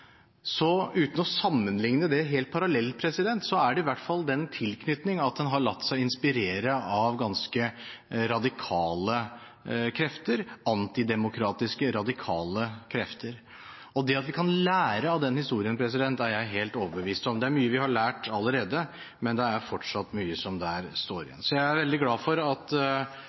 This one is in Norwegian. uten å sammenlikne det helt – i hvert fall den tilknytning at en har latt seg inspirere av ganske radikale krefter, antidemokratiske radikale krefter. Og det at vi kan lære av den historien, er jeg helt overbevist om. Det er mye vi har lært allerede, men det er fortsatt mye som står igjen. Jeg er veldig glad for at